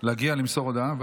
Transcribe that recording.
להגיע למסור הודעה.